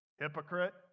Hypocrite